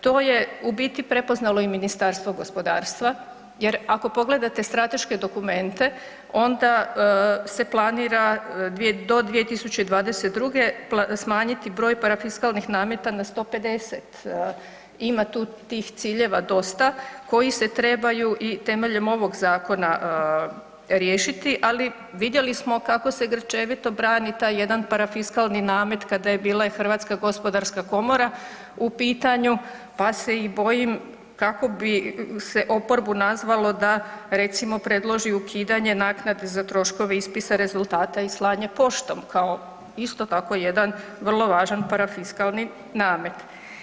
To je u biti prepoznalo i Ministarstvo gospodarstva jer ako pogledate strateške dokumente onda se planira do 2022. smanjiti broj parafiskalnih nameta na 150, ima tu tih ciljeva dosta koji se trebaju i temeljem ovog zakona riješiti, ali vidjeli smo kako se grčevito brani taj jedan parafiskalni namet kada je bila i HGK u pitanju, pa se i bojim kako bi se oporbu nazvalo da recimo predloži ukidanje naknade za troškove ispisa rezultata i slanje poštom kao isto tako jedan vrlo važan parafiskalni namet.